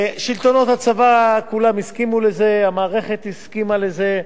שלטונות הצבא כולם הסכימו לזה, המערכת הסכימה לזה.